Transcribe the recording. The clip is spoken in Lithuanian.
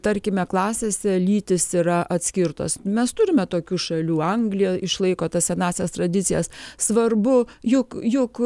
tarkime klasėse lytys yra atskirtos mes turime tokių šalių anglija išlaiko tas senąsias tradicijas svarbu juk juk